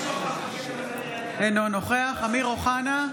אינו נוכח אמיר אוחנה,